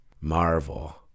Marvel